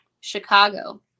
Chicago